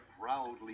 proudly